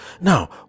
Now